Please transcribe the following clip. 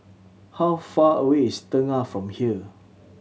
how far away is Tengah from here